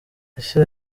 ese